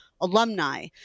alumni